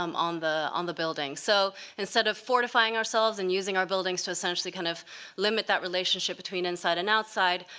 um on the on the building. so instead of fortifying ourselves and using our buildings to essentially kind of limit that relationship between inside and outside,